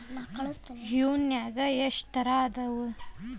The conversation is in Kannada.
ಹೂನ್ಯಾಗ ಎಷ್ಟ ತರಾ ಅದಾವ್?